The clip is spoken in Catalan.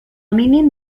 mínim